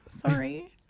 sorry